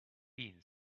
been